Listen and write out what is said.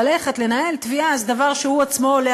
ללכת לנהל תביעה זה דבר שהוא עצמו עולה